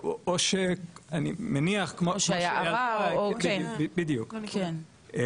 אני מניח בדיוק,